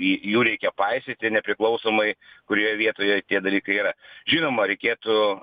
į jų reikia paisyti nepriklausomai kurioje vietoje tie dalykai yra žinoma reikėtų